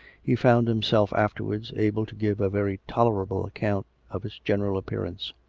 he found himself afterwards able to give a very tolerable account of its general appearance.